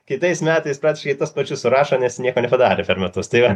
kitais metais praktiškai tuos pačius surašo nes nieko nepadarė per metus tai va